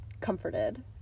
comforted